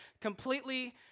completely